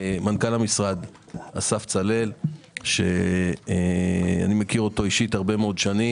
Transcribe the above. מנכ"ל המשרד אסף צלאל שאני מכיר אותו אישית הרבה מאוד שנים.